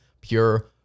pure